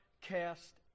cast